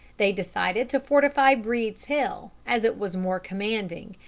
they decided to fortify breed's hill, as it was more commanding,